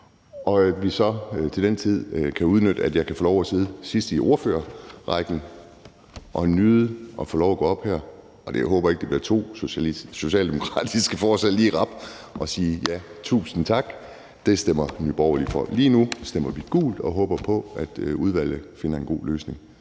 at jeg så til den tid kan nyde, at jeg kan få lov at sidde sidst i ordførerrækken og få lov at gå op her – og jeg håber ikke, at det bliver to socialdemokratiske forslag lige i rap – og sige: Ja, tusind tak, det stemmer Nye Borgerlige for. Lige nu tænker vi at stemme gult og håber på, at udvalget finder en god løsning